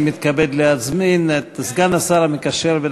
אני מתכבד להזמין את סגן השר המקשר בין